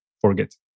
Forget